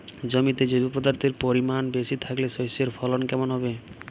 জমিতে জৈব পদার্থের পরিমাণ বেশি থাকলে শস্যর ফলন কেমন হবে?